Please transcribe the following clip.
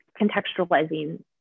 contextualizing